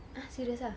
ah serious ah